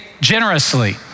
generously